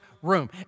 room